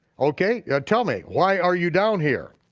okay yeah tell me why are you down here?